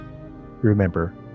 remember